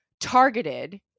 targeted